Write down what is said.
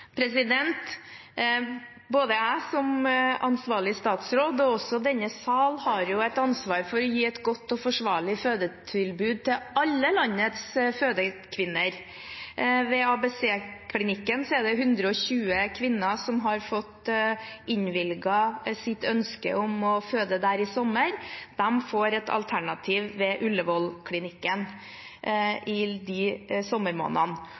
et ansvar for å gi et godt og forsvarlig fødetilbud til alle landets fødekvinner. Ved ABC-klinikken har 120 kvinner fått innvilget sitt ønske om å føde der i sommer. De får et alternativ ved Ullevål-klinikken de sommermånedene.